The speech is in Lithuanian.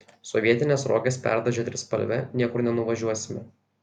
sovietines roges perdažę trispalve niekur nenuvažiuosime